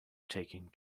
taking